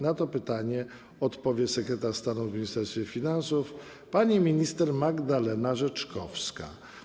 Na to pytanie odpowie sekretarz stanu w Ministerstwie Finansów pani minister Magdalena Rzeczkowska.